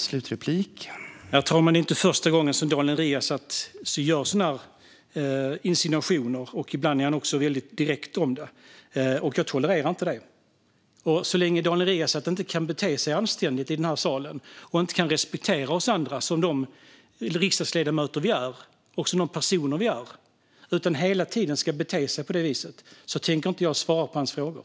Herr talman! Detta är inte första gången som Daniel Riazat gör sådana här insinuationer. Ibland är han också väldigt direkt. Jag tolererar inte det. Så länge Daniel Riazat inte kan bete sig anständigt i den här salen och inte kan respektera oss andra som de riksdagsledamöter vi är och som de personer vi är tänker jag inte svara på hans frågor.